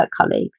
colleagues